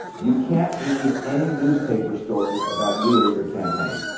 you can't read any newspaper stories about you or your campaign.